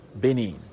Benin